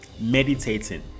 meditating